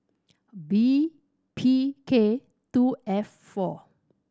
B P K two F four